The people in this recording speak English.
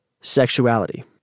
sexuality